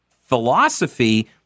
philosophy